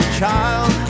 child